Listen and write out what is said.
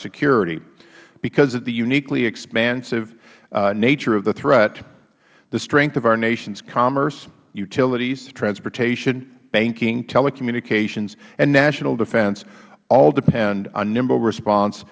cybersecurity because of the uniquely expansive nature of the threat the strength of our nation's commerce utilities transportation banking telecommunications and national defense all depend on nimble response